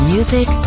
Music